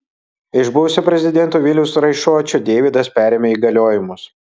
iš buvusio prezidento viliaus raišuočio deividas perėmė įgaliojimus